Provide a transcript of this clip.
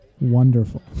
Wonderful